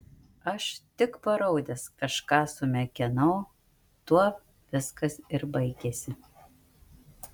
aš tik paraudęs kažką sumekenau tuo viskas ir baigėsi